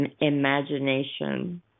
imagination